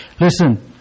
Listen